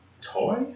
toy